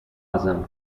ازم